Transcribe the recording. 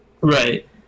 Right